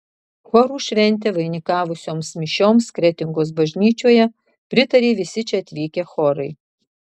chorų šventę vainikavusioms mišioms kretingos bažnyčioje pritarė visi čia atvykę chorai